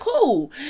cool